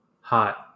hot